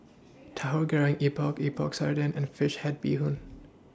Tahu Goreng Epok Epok Sardin and Fish Head Bee Hoon